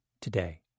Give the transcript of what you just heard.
today